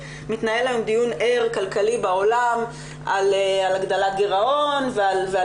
מתנהל היום דיון ער כלכלי בעולם על הגדלת גירעון ועל